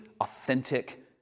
authentic